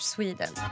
Sweden